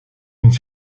une